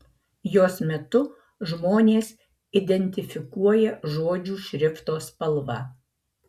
jos metu žmonės identifikuoja žodžių šrifto spalvą